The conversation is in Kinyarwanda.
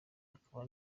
akaba